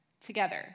together